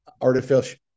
artificial